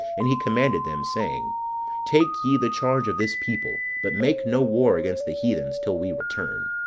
and he commanded them, saying take ye the charge of this people but make no war against the heathens, till we return.